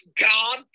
God